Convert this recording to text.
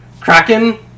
Kraken